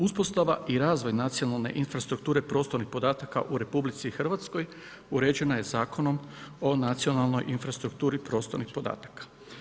Uspostava i razvoj nacionalne infrastrukture prostornih podataka u RH uređena je Zakonom o nacionalnoj infrastrukturi prostornih podataka.